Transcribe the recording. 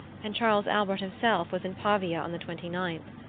and charles albert himself was in pavia on the twenty-ninth.